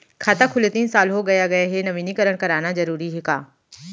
खाता खुले तीन साल हो गया गये हे नवीनीकरण कराना जरूरी हे का?